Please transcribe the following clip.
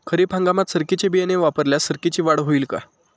खरीप हंगामात सरकीचे बियाणे वापरल्यास सरकीची वाढ होईल का?